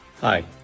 Hi